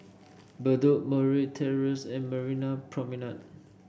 bedok Murray Terrace and Marina Promenade